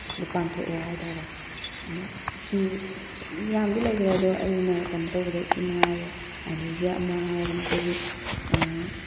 ꯑꯗꯣ ꯄꯥꯡꯊꯣꯛꯑꯦ ꯍꯥꯏꯇꯥꯔꯦ ꯑꯗꯣ ꯁꯤ ꯑꯁ ꯌꯥꯝꯗꯤ ꯂꯩꯈ꯭ꯔꯦ ꯑꯗꯣ ꯑꯩꯅ ꯀꯩꯅꯣ ꯇꯧꯕꯗ ꯁꯤꯃꯉꯥꯏꯔꯦ ꯑꯗꯒꯤ ꯑꯃ ꯍꯥꯏꯔꯒꯅ ꯑꯩꯈꯣꯏꯒꯤ